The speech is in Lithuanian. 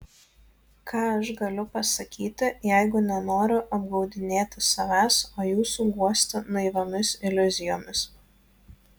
ką aš galiu pasakyti jeigu nenoriu apgaudinėti savęs o jūsų guosti naiviomis iliuzijomis